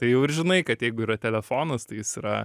tai jau ir žinai kad jeigu yra telefonas tai jis yra